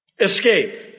escape